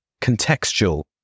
contextual